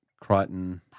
Crichton